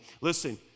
Listen